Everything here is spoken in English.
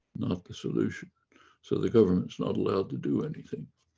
not the solution so the government's not allowed to do anything.